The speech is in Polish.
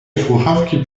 słuchawki